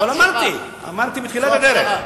אבל אמרתי, אמרתי בתחילת הדרך.